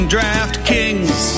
DraftKings